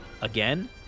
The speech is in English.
Again